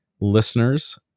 listeners